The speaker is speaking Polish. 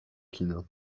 kina